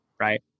right